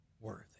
worthy